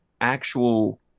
actual